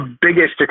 biggest